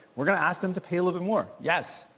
we're going to ask them to pay a little bit more. yes,